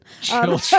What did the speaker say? Children